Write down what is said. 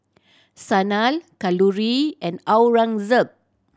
Sanal Kalluri and Aurangzeb